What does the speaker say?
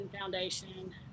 foundation